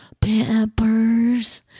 Peppers